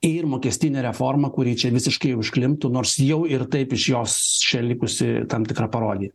ir mokestinę reformą kuri čia visiškai užklimptų nors jau ir taip iš jos čia likusi tam tikra parodija